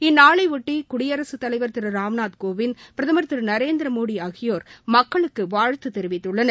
இந்நாளையொட்டி குடியரசுத் தலைவர் திரு ராம்நாத் கோவிந்த் பிரதமர் திரு நரேந்திரமோடி ஆகியோர் மக்களுக்கு வாழ்த்து தெரிவித்துள்ளனர்